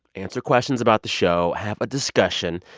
answer questions about the show, have a discussion.